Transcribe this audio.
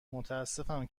متاسفم